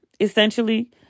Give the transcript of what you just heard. essentially